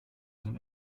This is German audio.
sind